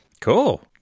Cool